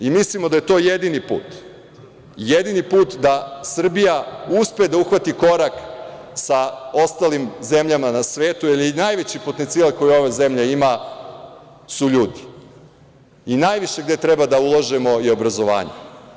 Mi mislimo da je to jedini put, jedini put da Srbija uspe da uhvati korak sa ostalim zemljama na svetu, jer, najveći potencijal koji ova zemlja ima su ljudi i najviše gde treba da ulažemo je obrazovanje.